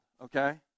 okay